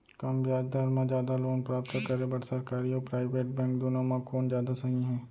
कम ब्याज दर मा जादा लोन प्राप्त करे बर, सरकारी अऊ प्राइवेट बैंक दुनो मा कोन जादा सही हे?